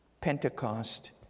Pentecost